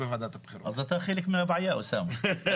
אז אתה חלק מהבעיה, אוסאמה.